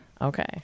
Okay